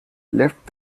left